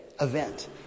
event